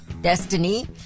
destiny